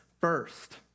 first